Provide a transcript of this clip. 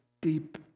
deep